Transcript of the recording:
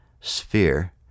sphere